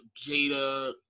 Jada